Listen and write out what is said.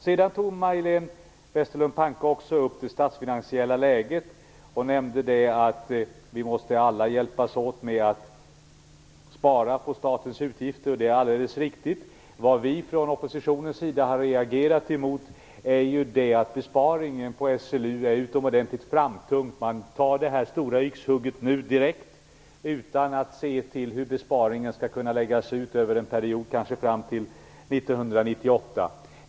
Sedan tog Majléne Westerlund Panke också upp det statsfinansiella läget. Hon nämnde att vi alla måste hjälpas åt med att spara på statens utgifter. Det är alldeles riktigt. Vad vi från oppositionens sida har reagerat mot är att besparingen på SLU är utomordentligt framtung. Man tar det här stora yxhugget nu, direkt, utan att se till hur besparingen skall kunna läggas ut under en period på kanske fram till 1998.